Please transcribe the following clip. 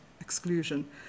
exclusion